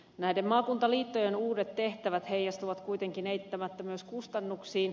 näiden maakuntaliittojen uudet tehtävät heijastuvat kuitenkin eittämättä myös kustannuksiin